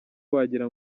wagira